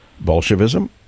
bolshevism